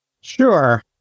Sure